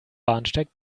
bahnsteig